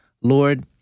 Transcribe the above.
Lord